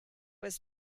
was